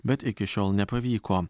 bet iki šiol nepavyko